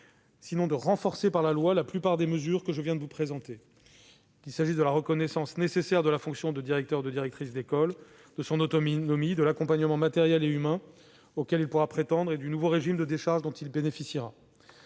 sinon de renforcer, par la loi la plupart des mesures que je viens de vous présenter, qu'il s'agisse de la reconnaissance nécessaire de la fonction de directrice ou directeur d'école, de l'autonomie de ces professionnels, de l'accompagnement matériel et humain auquel ils pourront prétendre et du nouveau régime de décharges dont ils bénéficieront.